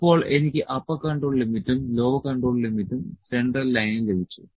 ഇപ്പോൾ എനിക്ക് upper control ലിമിറ്റും ലോവർ കൺട്രോൾ ലിമിറ്റും സെൻട്രൽ ലൈനും ലഭിച്ചു